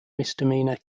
misdemeanor